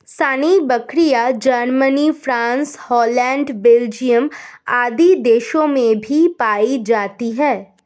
सानेंइ बकरियाँ, Germany, France, Holland, Belgium आदि देशों में भी पायी जाती है